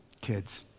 Kids